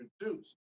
produced